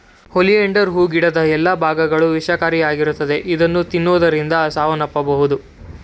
oleander ಹೂ ಗಿಡದ ಎಲ್ಲಾ ಭಾಗಗಳು ವಿಷಕಾರಿಯಾಗಿದ್ದು ಇದನ್ನು ತಿನ್ನುವುದರಿಂದ ಸಾವನ್ನಪ್ಪಬೋದು